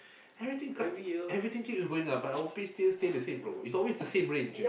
everything cut everything keep going up but our pay still stay the same bro it's always the same range